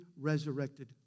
resurrected